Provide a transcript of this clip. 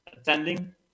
attending